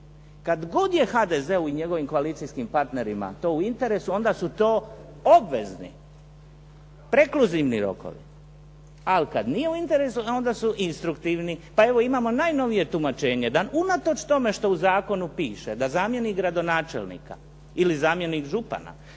Kad god je HDZ-u i njegovim koalicijskim partnerima to u interesu onda su to obvezni, prekluzivni rokovi. Ali kad nije u interesu e onda su instruktivni. Pa evo imamo najnovije tumačenje, da unatoč tome što u zakonu piše da zamjenik gradonačelnika ili zamjenik župana